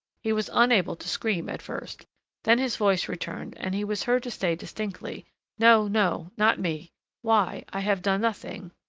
he was unable to scream at first then his voice returned, and he was heard to say distinctly no, no, not me why, i have done nothing,